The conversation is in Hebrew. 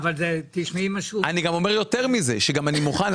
אני אומר שאני מוכן,